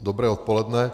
Dobré odpoledne.